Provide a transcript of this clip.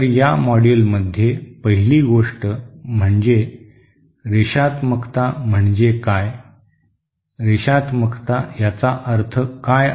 तर या मॉड्यूलमध्ये पहिली गोष्ट म्हणजे रेषात्मकता म्हणजे काय रेषात्मकता याचा अर्थ काय आहे